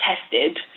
tested